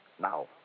Now